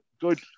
good